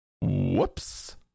Whoops